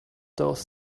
those